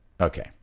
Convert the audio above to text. okay